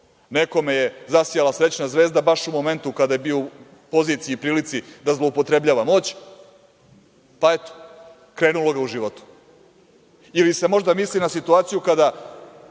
Nekome je zasjala srećna zvezda baš u momentu kada je bio u poziciji, prilici da zloupotrebljava moć, pa, eto, krenulo ga u životu. Možda se misli na situaciju kada